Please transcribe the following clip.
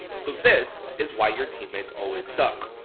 so this, is why your teammates always suck.